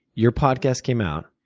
your podcast came out.